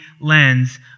lens